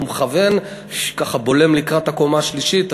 הוא מכוון, בולם לקראת הקומה השלישית.